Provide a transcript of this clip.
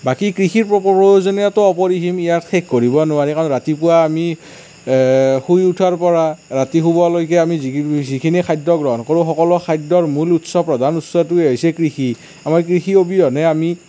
বাকী কৃষিৰ প্ৰয়োজনীয়তাটো অপৰিসীম ইয়াৰ শেষ কৰিব নোৱাৰি কাৰণ ৰাতিপুৱা আমি শুই উঠাৰ পৰা ৰাতি শুৱালৈকে আমি যিখিনি খাদ্য গ্ৰহণ কৰোঁ সকলো খাদ্যৰ মূল উৎস প্ৰধান উৎসটোৱে হৈছে কৃষি আমাৰ কৃষি অবিহনে আমি